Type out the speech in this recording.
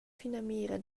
finamira